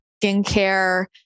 skincare